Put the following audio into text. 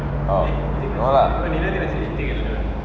oh no lah